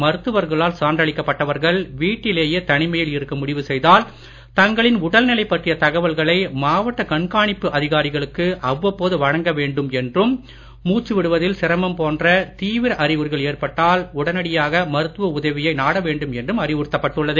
மருத்துவர்களால் சான்றளிக்கப் பட்டவர்கள் வீட்டிலேயே தனிமையில் இருக்க முடிவு செய்தால் தங்களின் உடல்நிலை பற்றிய தகவல்களை மாவட்ட கண்காணிப்பு அதிகாரிகளுக்கு அவ்வப்போது வழங்க வேண்டும் என்றும் மூச்சு விடுவதில் சிரம ம் போன்ற தீவிர அறிகுறிகள் ஏற்பட்டால் உடனடியாக மருத்துவ உதவியை நாட வேண்டும் என்றும் அறிவுறுத்தப்பட்டுள்ளது